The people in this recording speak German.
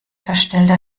verstellter